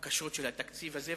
הקשות של התקציב הזה,